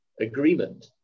agreement